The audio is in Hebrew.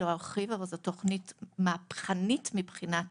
לא ארחיב, אבל זו תוכנית מהפכנית מבחינת